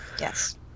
Yes